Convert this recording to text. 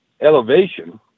elevation